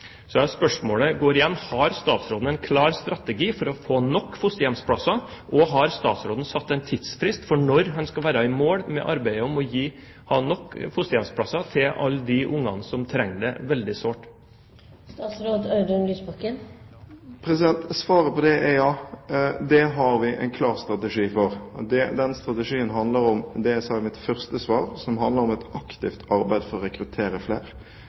er igjen: Har statsråden en klar strategi for å få nok fosterhjemsplasser? Og: Har statsråden satt en tidsfrist for når han skal være i mål med arbeidet om å ha nok fosterhjemsplasser til alle de barna som veldig sårt trenger det? Svaret på det er ja, det har vi en klar strategi for. Den strategien handler om det jeg sa i mitt første svar, som handler om et aktivt arbeid for å rekruttere flere.